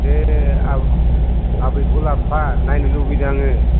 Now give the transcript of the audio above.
दे आबैखौ लाबोफा नायनो लुगैदों आङो